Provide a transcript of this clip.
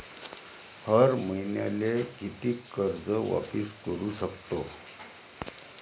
हर मईन्याले कितीक कर्ज वापिस करू सकतो?